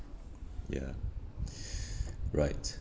ya right